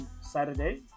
Saturday